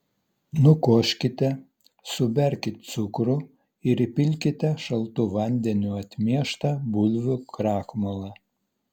nukoškite suberkit cukrų ir įpilkite šaltu vandeniu atmieštą bulvių krakmolą